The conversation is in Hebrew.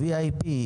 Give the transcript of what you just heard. VIP,